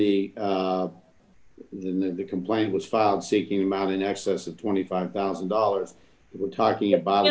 move the complaint was filed seeking him out in excess of twenty five thousand dollars we're talking about